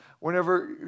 Whenever